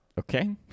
Okay